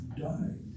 died